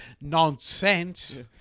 Nonsense